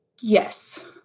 Yes